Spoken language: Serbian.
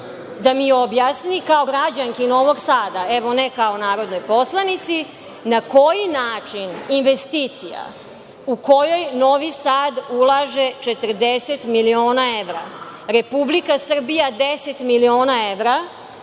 da mi objasni, kao građanki Novog Sada, evo, ne kao narodnoj poslanici, na koji način investicija u kojoj Novi Sad ulaže 40 miliona evra, Republika Srbija 10 miliona evra,